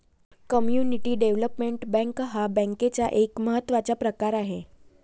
community development bank हा बँकेचा एक महत्त्वाचा प्रकार आहे